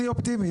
אני אופטימי,